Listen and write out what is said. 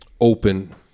open